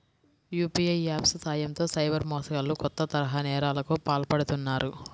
UPI apps సాయంతో cyber మోసగాళ్లు కొత్త తరహా నేరాలకు పాల్పడుతున్నారు